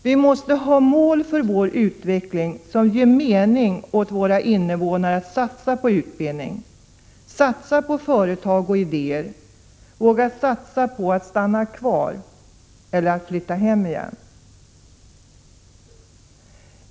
Vi måste ha mål för vår utveckling som ger mening åt våra invånare att satsa på utbildning, satsa på företag och idéer, våga satsa på att stanna kvar eller flytta hem igen.